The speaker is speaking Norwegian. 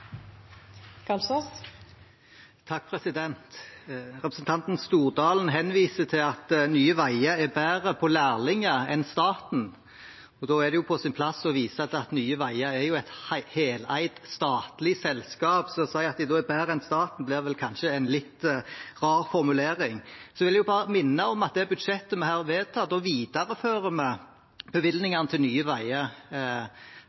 Representanten Stordalen henviser til at Nye Veier er bedre på lærlinger enn staten, og da er det på sin plass å vise til at Nye Veier er et heleid statlig selskap. Så det å si at de er bedre enn staten, blir vel kanskje en litt rar formulering. Så vil jeg bare minne om at i det budsjettet vi her vedtar, viderefører vi